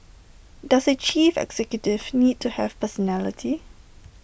does A chief executive need to have personality